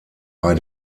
bei